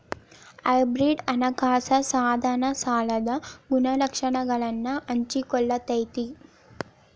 hybrid ಹಣಕಾಸ ಸಾಧನ ಸಾಲದ ಗುಣಲಕ್ಷಣಗಳನ್ನ ಹಂಚಿಕೊಳ್ಳತೈತಿ